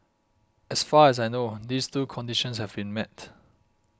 as far as I know these two conditions have been met